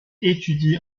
étudie